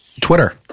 twitter